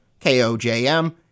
KOJM